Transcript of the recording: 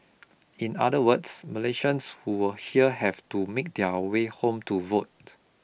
in other words Malaysians who are here have to make their way home to vote